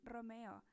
Romeo